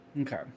Okay